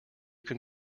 can